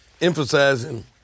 emphasizing